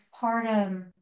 postpartum